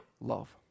love